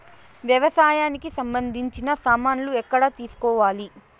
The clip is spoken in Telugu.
వ్యవసాయానికి సంబంధించిన సామాన్లు ఎక్కడ తీసుకోవాలి?